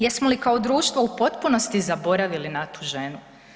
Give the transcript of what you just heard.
Jesmo li kao društvo u potpunosti zaboravili na tu ženu?